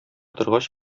торгач